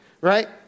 right